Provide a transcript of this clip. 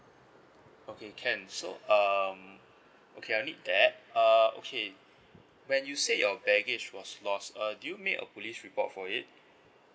okay can so um okay I'll need that err okay when you said your baggage was lost err do you make a police report for it